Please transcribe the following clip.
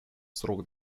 срок